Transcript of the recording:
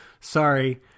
Sorry